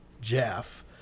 Jeff